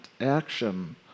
action